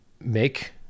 make